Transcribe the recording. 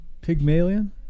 Pygmalion